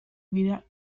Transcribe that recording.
vida